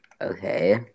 Okay